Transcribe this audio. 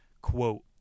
Quote